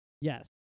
Yes